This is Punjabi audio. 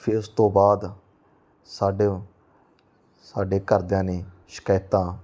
ਫਿਰ ਉਸ ਤੋਂ ਬਾਅਦ ਸਾਡੇ ਸਾਡੇ ਘਰਦਿਆਂ ਨੇ ਸ਼ਿਕਾਇਤਾਂ